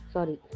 Sorry